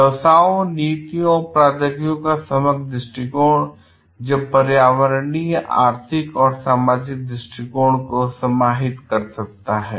व्यवसायों नीतियों या प्रौद्योगिकियों का समग्र दृष्टिकोण जो पर्यावरणीय आर्थिक और सामाजिक दृष्टिकोण को समाहित करता है